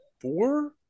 four